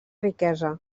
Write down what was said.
riquesa